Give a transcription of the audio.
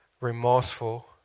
remorseful